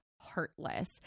heartless